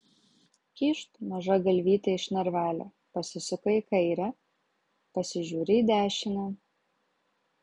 kyšt maža galvytė iš narvelio pasisuka į kairę pasižiūri į dešinę